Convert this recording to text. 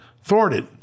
thwarted